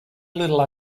little